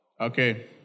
Okay